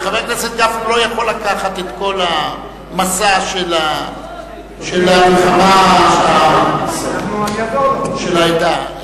חבר הכנסת גפני לא יכול לקחת את כל המשא של המלחמה של העדה.